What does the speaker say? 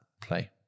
play